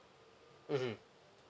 mmhmm